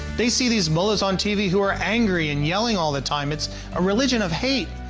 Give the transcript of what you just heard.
they see these mullahs on tv who are angry and yelling all the time. it's a religion of hate.